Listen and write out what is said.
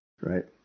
right